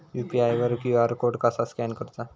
UPI वर QR code कसा scan करूचा?